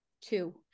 two